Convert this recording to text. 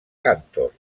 cantor